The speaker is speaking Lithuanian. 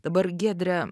dabar giedre